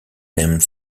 named